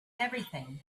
everything